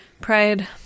Pride